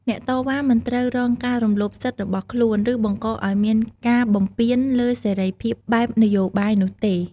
អ្នកតវ៉ាមិនត្រូវរងការរំលោភសិទ្ធិរបស់ខ្លួន ឬបង្កឱ្យមានការបំពានលើសេរីភាពបែបនយោបាយនោះទេ។